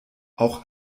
auch